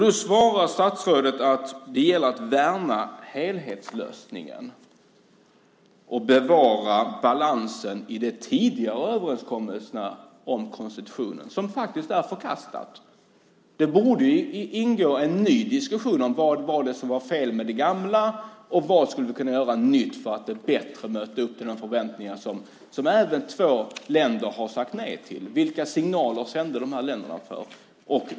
Då svarar statsrådet att det gäller att värna helhetslösningen och bevara balansen i de tidigare överenskommelserna om konstitutionen som faktiskt är förkastad. Det borde startas en ny diskussion om vad som var fel med det gamla och vad vi kan göra nytt för att bättre möta de förväntningar som finns. Vilka signaler sände de två länder som sade nej?